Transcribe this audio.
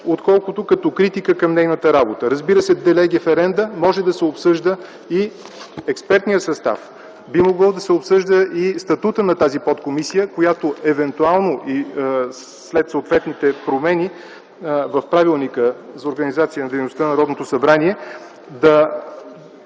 отколкото като критика към нейната работа. Разбира се де леге ференда може да се обсъжда и експертният състав, би могъл да се обсъжда и статутът на тази подкомисия, която евентуално след съответните промени в Правилника за организацията и